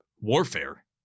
warfare